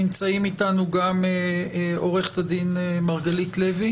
נמצאים איתנו גם עו"ד מרגלית לוי